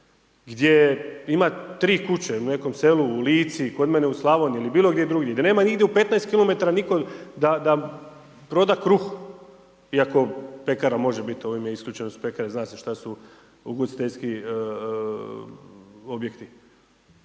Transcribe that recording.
gdje ima tri kuće u nekom selu u Lici i kod mene u Slavoniji ili bilo gdje drugdje da nema nigdje u 15 km nitko da proda kruh iako pekara može biti, ovime su isključene pekare. Zna se što su ugostiteljski objekti,